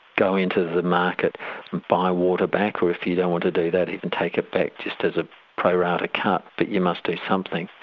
go into the market and buy water back, or if you don't want to do that, you can take it back just as a pro rata cut, but you must do something.